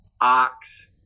ox